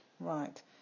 Right